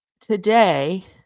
today